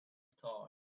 star